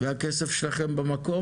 והכסף שלכם במקום?